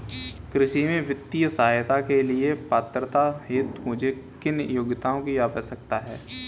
कृषि में वित्तीय सहायता के लिए पात्रता हेतु मुझे किन योग्यताओं की आवश्यकता है?